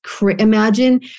imagine